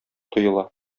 тоела